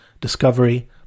discovery